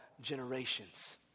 generations